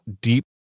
deep